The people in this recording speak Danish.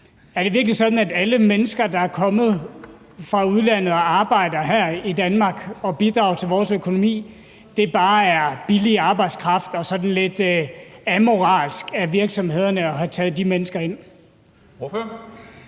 Er det virkelig sådan, at alle mennesker, der er kommet fra udlandet og arbejder her i Danmark og bidrager til vores økonomi, bare er billig arbejdskraft, og at det er sådan lidt amoralsk af virksomhederne at have taget de mennesker ind? Kl.